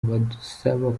badusaba